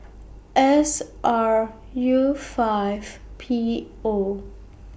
S R U five P O